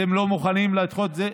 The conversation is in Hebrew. אתם לא מוכנים לדחות את זה?